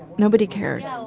nobody cares.